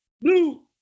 Blue